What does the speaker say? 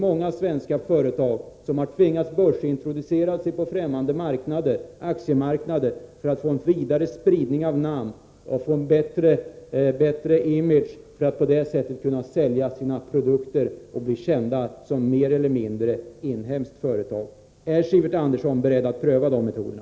Många svenska företag har tvingats börsintroducera sig på främmande aktiemarknader för att få en vidare spridning av sina namn och en bättre ”image”, så att de på det sättet kan sälja sina produkter och bli kända som mer eller mindre inhemska företag. Är Sivert Andersson beredd att pröva de metoderna?